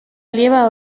oliba